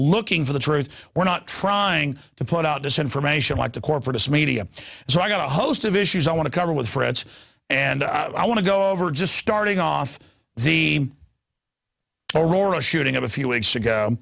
looking for the truth we're not trying to put out this information like the corporate media so i've got a host of issues i want to cover with friends and i want to go over just starting off the aurora shooting up a few weeks ago